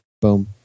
boom